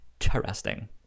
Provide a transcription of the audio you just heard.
Interesting